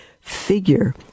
figure